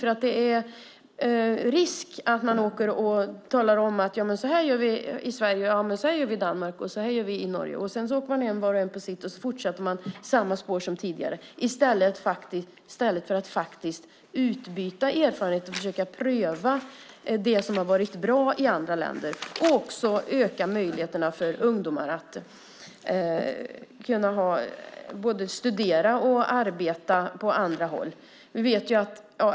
Risken finns att man åker i väg och talar om hur man gör i Sverige, Danmark respektive Norge och att var och en sedan åker hem till sitt och fortsätter i samma spår som tidigare - detta i stället för att utbyta erfarenheter och försöka pröva det som varit bra i andra länder och också öka ungdomars möjligheter att både studera och arbeta på annat håll.